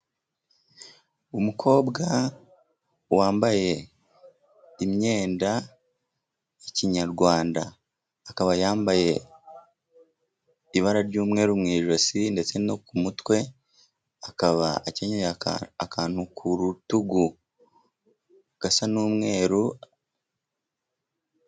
Umukobwa wambaye imyenda y'ikinyarwanda, akaba yambaye ibara ry'umweru mu ijosi ndetse no ku mutwe. Akaba akenye akantu ku rutugu gasa n'umweru.